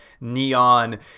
neon